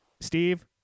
Steve